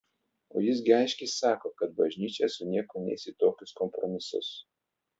o jis gi aiškiai sako kad bažnyčia su niekuo neis į tokius kompromisus